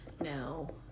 No